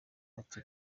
ati